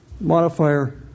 modifier